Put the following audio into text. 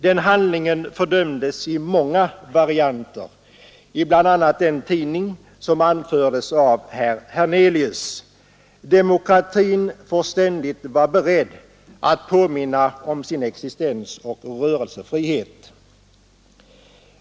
Denna handling fördömdes i många varianter, bl.a. i den tidning som anfördes av herr Hernelius. Demokratin får ständigt vara beredd att påminna om sin existens och rörelsefrihet.